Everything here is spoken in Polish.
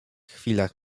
chwilach